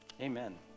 amen